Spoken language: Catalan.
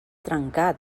trencat